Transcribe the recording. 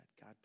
God